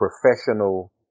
professional